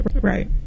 Right